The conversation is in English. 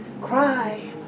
cry